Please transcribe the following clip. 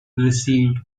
received